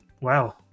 wow